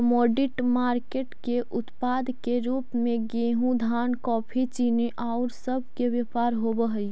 commodity market के उत्पाद के रूप में गेहूं धान कॉफी चीनी औउर सब के व्यापार होवऽ हई